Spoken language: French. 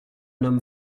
homme